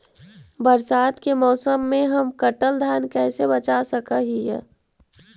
बरसात के मौसम में हम कटल धान कैसे बचा सक हिय?